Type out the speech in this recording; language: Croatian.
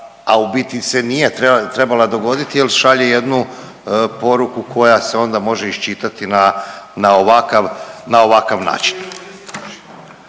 a u biti se nije trebala dogoditi jel šalje jednu poruku koja se onda može iščitati na, na ovakav, na